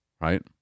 right